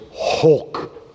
Hulk